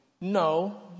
no